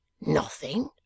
Nothing